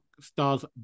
stars